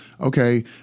Okay